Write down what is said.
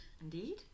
indeed